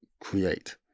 create